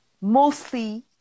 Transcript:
mostly